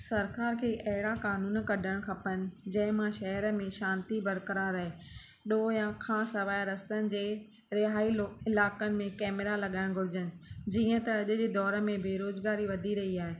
सरकार खे अहिड़ा कानून कढणु खपनि जंहिं मां शहर में शांति बरकरारि रहे ॾोहे खां सवाइ रस्तनि जे रिहाई इलाक़्ननि में कैमरा लॻाइण घुर्जनि जीअं त अॼु जे दौर में बेरोजगारी वधी रही आए